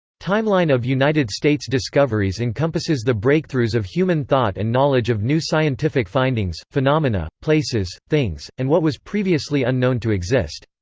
timeline of united states discoveries encompasses the breakthroughs of human thought and knowledge of new scientific findings, phenomena, places, things, and what was previously unknown to exist.